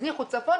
הזניחו צפון,